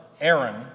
Aaron